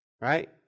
right